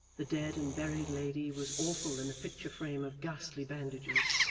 the dead and buried lady was awful in a picture-frame of ghastly bandages.